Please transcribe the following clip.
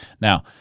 Now